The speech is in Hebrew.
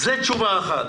זאת תשובה אחת.